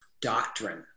doctrine